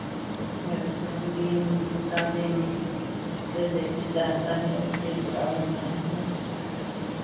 है वो तो रंगीन में सादे में जो जैसे चाहता है वैसे उसका होता है